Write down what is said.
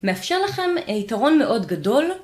מאפשר לכם יתרון מאוד גדול.